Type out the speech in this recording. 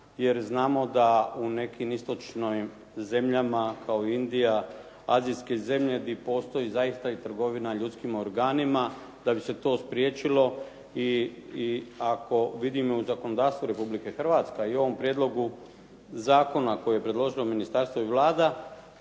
jer znamo da u nekim istočnim zemljama kao Indija, azijske zemlje gdje postoji zaista i trgovina ljudskim organima, da bi se to spriječilo i ako vidimo i u zakonodavstvu Republike Hrvatske i u ovom prijedlogu zakona koje je preložilo ministarstvo i Vlada,